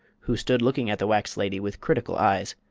who stood looking at the wax lady with critical eyes.